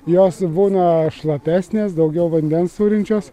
jos būna šlapesnės daugiau vandens turinčios